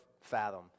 fathom